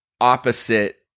opposite